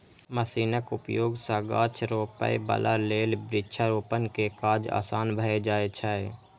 मशीनक उपयोग सं गाछ रोपै बला लेल वृक्षारोपण के काज आसान भए जाइ छै